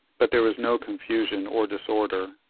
but there was no confusion or disorder.